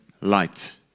light